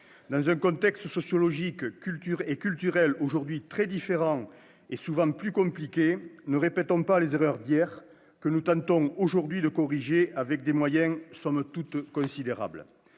Dans un contexte sociologique et culturel aujourd'hui très différent, et souvent plus compliqué, ne répétons pas les erreurs d'hier que nous tentons aujourd'hui de corriger avec des moyens somme toute considérables.